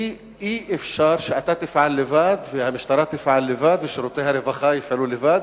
כי אי-אפשר שאתה תפעל לבד והמשטרה תפעל לבד ושירותי הרווחה יפעלו לבד.